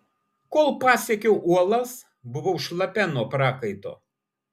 kol pasiekiau uolas buvau šlapia nuo prakaito